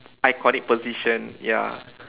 iconic position ya